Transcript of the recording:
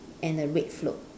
and a red float